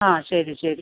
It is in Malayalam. ആ ശരി ശരി